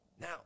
Now